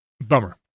bummer